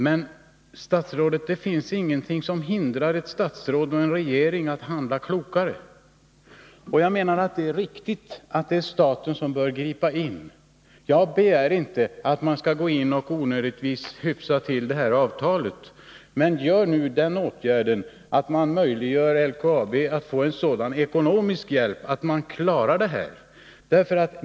Men, herr statsråd, det finns ingenting som hindrar ett statsråd och en regering från att handla klokare. Och jag menar att det är riktigt att det är staten som bör gripa in. Jag begär inte att man skall gå in och onödigtvis hyfsa till det här avtalet. Men vidta nu den åtgärden att möjliggöra för LKAB att få en sådan ekonomisk hjälp att företaget klarar den här situationen!